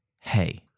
hey